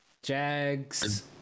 Jags